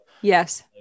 yes